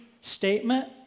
statement